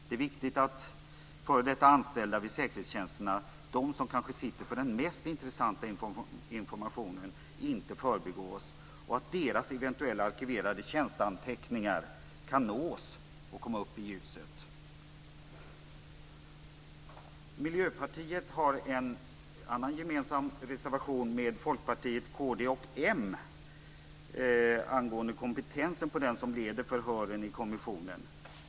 Det är viktigt att före detta anställda vid säkerhetstjänsterna, de som kanske sitter på den mest intressanta informationen, inte förbigås och att deras eventuellt arkiverade tjänsteanteckningar kan nås och komma upp i ljuset. Miljöpartiet har också en reservation gemensam med Folkpartiet, Kristdemokraterna och Moderaterna angående kompetensen hos den som leder förhören i kommissionen.